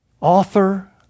author